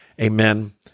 amen